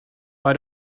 why